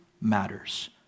matters